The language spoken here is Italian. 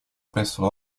presso